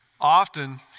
Often